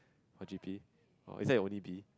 for G_P is that your only B